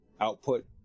output